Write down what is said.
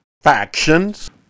Factions